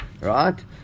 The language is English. Right